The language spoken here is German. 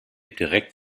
direkt